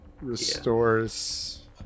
restores